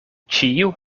ĉiu